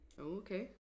Okay